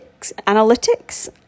analytics